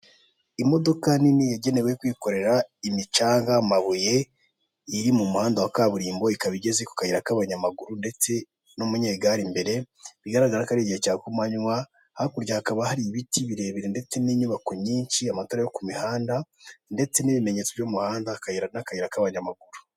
Imodoka nini yagenewe kwikorera imicanga, amabuye iri mu muhanda wa kaburimbo ikaba igeze ku kayira k'abanayamaguru ndestse n'umunyegare imbere, bigaragara ko ari igihe cya kumanywa, hakurya hakaba hari ibiti birebire ndetse n'inyubako nyinshi, amatara yo ku mihanda ndetse n'ibimenyetso by'umuhanda n'akayira k'abanyamaguru.